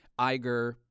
Iger